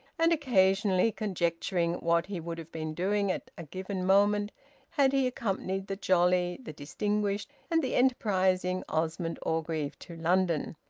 and occasionally conjecturing what he would have been doing at a given moment had he accompanied the jolly, the distinguished, and the enterprising osmond orgreave to london.